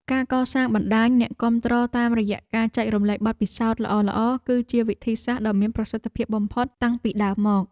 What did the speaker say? ការកសាងបណ្ដាញអ្នកគាំទ្រតាមរយៈការចែករំលែកបទពិសោធន៍ល្អៗ គឺជាវិធីសាស្ត្រដ៏មានប្រសិទ្ធភាពបំផុតតាំងពីដើមមក។